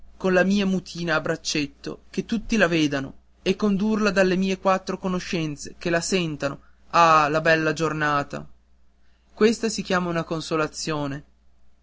con la mia mutina a braccetto che tutti la vedano e condurla dalle mie quattro conoscenze che la sentano ah la bella giornata questa si chiama una consolazione